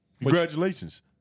Congratulations